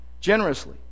Generously